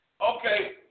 Okay